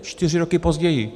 Čtyři roky později.